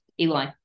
Eli